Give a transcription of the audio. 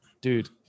dude